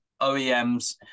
OEMs